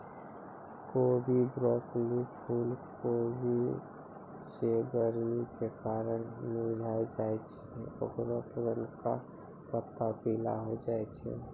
कोबी, ब्रोकली, फुलकोबी जे गरमी के कारण मुरझाय जाय छै ओकरो पुरनका पत्ता पीला होय जाय छै